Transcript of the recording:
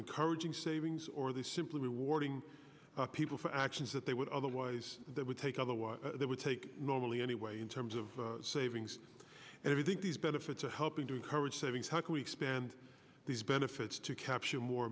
encouraging savings or they simply rewarding people for actions that they would otherwise that would take otherwise they would take normally anyway in terms of savings and if you think these benefits are helping to encourage savings how can we expand these benefits to capture more